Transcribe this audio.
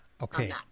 Okay